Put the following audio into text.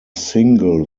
single